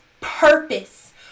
purpose